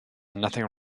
nothing